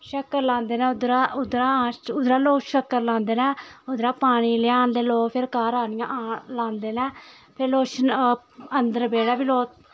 शक्कर लैंदे न उद्धरा उद्धरा लोग शक्कर लैंदे न उद्धरा पानी लेआंदे लोग फ्ही घर आह्नियै लांदे न फिर लोग अन्दर बेह्ड़ै बी लोग